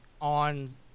on